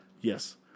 Yes